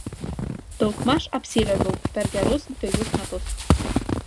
daugmaž apsiliuobiau per gerus dvejus metus